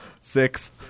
Six